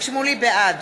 בעד